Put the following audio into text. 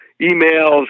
emails